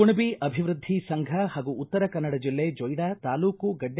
ಕುಣಬಿ ಅಭಿವೃದ್ಧಿ ಸಂಘ ಹಾಗೂ ಉತ್ತರ ಕನ್ನಡ ಜಿಲ್ಲೆ ಜೊಯ್ನಾ ತಾಲೂಕು ಗಡ್ನೆ